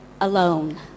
Alone